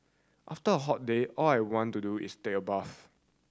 after a hot day all I want to do is take a bath